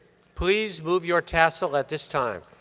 please move your tassel at this time.